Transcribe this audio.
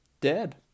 Dead